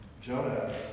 Jonah